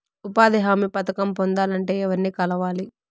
ఉపాధి హామీ పథకం పొందాలంటే ఎవర్ని కలవాలి?